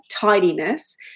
tidiness